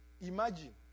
Imagine